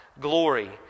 glory